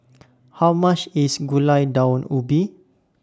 How much IS Gulai Daun Ubi